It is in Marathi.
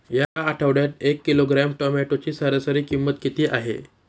या आठवड्यात एक किलोग्रॅम टोमॅटोची सरासरी किंमत किती आहे?